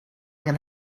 can